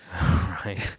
Right